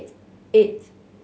eight